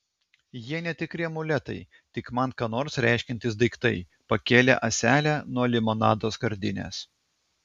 jie netikri amuletai tik man ką nors reiškiantys daiktai pakėlė ąselę nuo limonado skardinės